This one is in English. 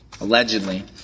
allegedly